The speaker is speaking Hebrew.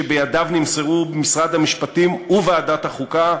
שלידיו נמסרו משרד המשפטים וועדת החוקה,